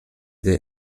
der